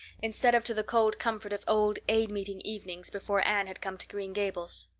instead of to the cold comfort of old aid meeting evenings before anne had come to green gables.